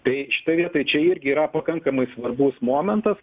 tai šitoj vietoj čia irgi yra pakankamai svarbus momentas